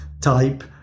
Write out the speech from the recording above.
type